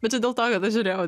bet čia dėl to kad aš žiūrėjau